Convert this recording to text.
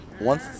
One